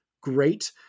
great